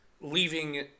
leaving